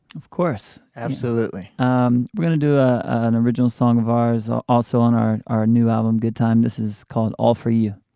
of course. absolutely um we're going to do ah an original song of ours also on our our new album good time. this is called all for you